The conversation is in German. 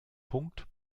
punkt